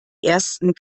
ersten